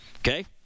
Okay